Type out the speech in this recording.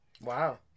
Wow